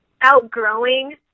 outgrowing